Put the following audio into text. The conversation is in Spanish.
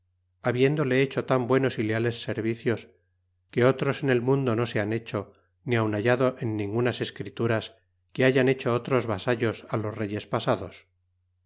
habiéndole hecho tan buenos y leales servicios que otros en el mundo no se han hecho ni aun hallado en ningunas escrituras que hayan hecho otros vasallos á los reyes pasados